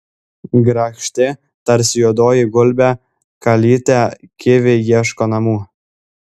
grakšti tarsi juodoji gulbė kalytė kivi ieško namų